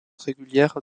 régulière